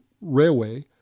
Railway